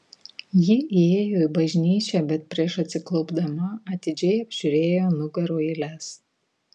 ji įėjo į bažnyčią bet prieš atsiklaupdama atidžiai apžiūrėjo nugarų eiles